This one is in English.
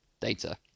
data